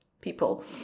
people